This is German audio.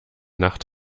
nacht